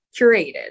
curated